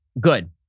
good